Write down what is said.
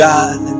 God